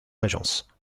régence